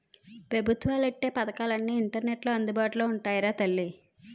పెబుత్వాలు ఎట్టే పదకాలన్నీ ఇంటర్నెట్లో అందుబాటులో ఉంటాయిరా తల్లీ